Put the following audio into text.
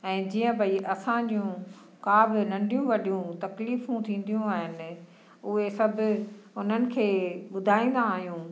ऐं जीअं भई असांजूं का बि नंढियूं वॾियूं तकलीफ़ूं थीदियूं आहिनि उहे सभु उन्हनि खे ॿुधाईंदा आहियूं